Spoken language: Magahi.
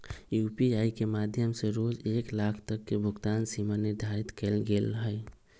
यू.पी.आई के माध्यम से रोज एक लाख तक के भुगतान सीमा निर्धारित कएल गेल हइ